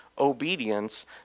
obedience